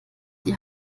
die